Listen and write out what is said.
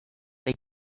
they